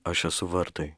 aš esu vartai